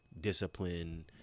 discipline